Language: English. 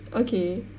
okay